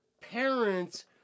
parents